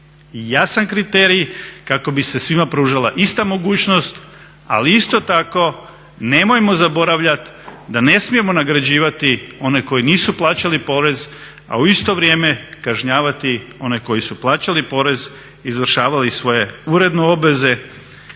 jasan kriterij kako bi se svima pružala ista mogućnost, ali isto tako nemojmo zaboravljati da ne smijemo nagrađivati one koji nisu plaćali porez, a u isto vrijeme kažnjavati one koji su plaćali porez, izvršavali svoje uredno obveze.